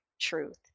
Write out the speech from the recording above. truth